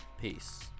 peace